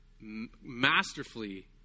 masterfully